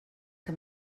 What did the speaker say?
que